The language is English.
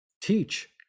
teach